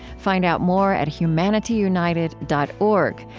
find out more at humanityunited dot org,